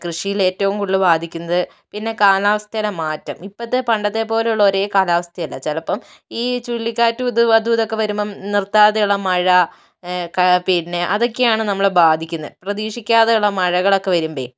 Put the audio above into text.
കൃഷിയില് ഏറ്റവും കൂടുതല് ബാധിക്കുന്നത് പിന്നെ കാലാവസ്ഥയിലെ മാറ്റം ഇപ്പത്തെ പണ്ടത്തെ പോലെയുള്ള ഒരേ കാലാവസ്ഥ അല്ല ചിലപ്പം ഈ ചുഴലിക്കാറ്റും അതും ഇതൊക്കെ വരുമ്പം നിര്ത്താതെയുള്ള മഴ ക പിന്നെ അതൊക്കെയാണ് നമ്മളെ ബാധിക്കുന്നെ പ്രതീക്ഷിക്കാതെയുള്ള മഴകളൊക്കെ വരുമ്പഴേ